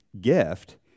gift